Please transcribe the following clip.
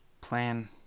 plan